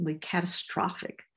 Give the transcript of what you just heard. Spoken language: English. catastrophic